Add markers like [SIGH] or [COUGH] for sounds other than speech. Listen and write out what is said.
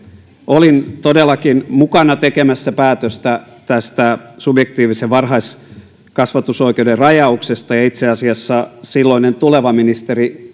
olin todellakin mukana tekemässä päätöstä tästä subjektiivisen varhaiskasvatusoikeuden rajauksesta ja itse asiassa silloinen tuleva ministeri [UNINTELLIGIBLE]